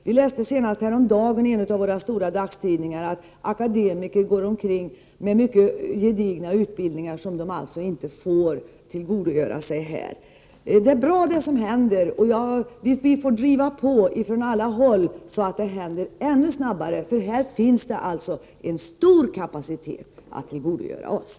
Häromdagen kunde man läsa i en av våra stora dagstidningar att invandrare med akademiska utbildningar inte kan tillgodogöra sig dessa i Sverige. Det som nu händer är bra, och vi får driva på från alla håll så att det händer saker ännu snabbare, eftersom det här finns en stor kapacitet för Sverige att tillgodogöra sig.